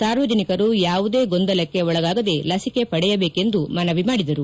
ಸಾರ್ವಜನಿಕರು ಯಾವುದೇ ಗೊಂದಲಕ್ಷೆ ಒಳಗಾಗದೆ ಲಸಿಕೆ ಪಡೆಯಬೇಕೆಂದು ಮನವಿ ಮಾಡಿದರು